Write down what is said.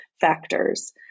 factors